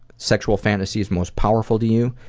sexual fantasies most powerful to you?